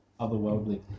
Otherworldly